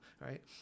right